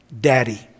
daddy